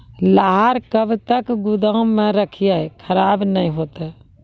लहार कब तक गुदाम मे रखिए खराब नहीं होता?